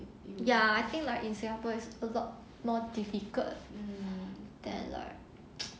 ya I think like in singapore is also got more difficult than like